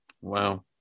Wow